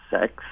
sex